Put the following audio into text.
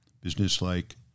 business-like